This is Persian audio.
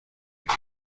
گیرد